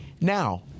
Now